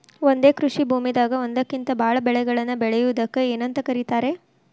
ಒಂದೇ ಕೃಷಿ ಭೂಮಿದಾಗ ಒಂದಕ್ಕಿಂತ ಭಾಳ ಬೆಳೆಗಳನ್ನ ಬೆಳೆಯುವುದಕ್ಕ ಏನಂತ ಕರಿತಾರೇ?